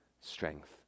strength